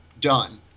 done